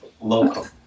Local